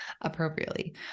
appropriately